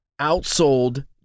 outsold